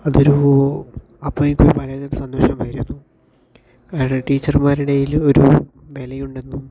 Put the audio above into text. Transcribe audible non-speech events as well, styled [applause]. അതൊരു [unintelligible] സന്തോഷമായിരുന്നു കാരണം ടീച്ചർമാരുടെ ഇടയില് ഒരു വിലയുണ്ടെന്നും